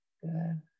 Good